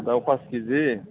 दाउ पाच किजि